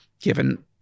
given